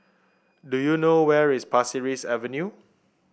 do you know where is Pasir Ris Avenue